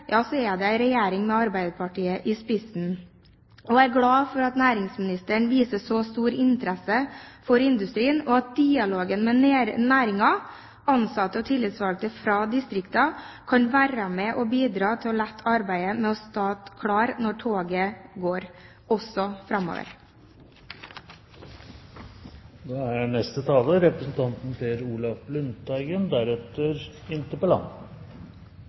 så er det en regjering med Arbeiderpartiet i spissen! Jeg er glad for at næringsministeren viser så stor interesse for industrien, og dialogen framover med næringen, ansatte og tillitsvalgte fra distriktene kan være med og bidra i arbeidet med å stå klar når toget går. Som det er